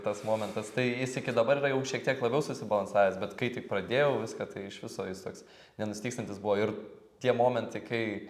tas momentas tai jis iki dabar yra jau šiek tiek labiau susibalansavęs bet kai tik pradėjau viską tai iš viso jis toks nenustygstantis buvo ir tie momentai kai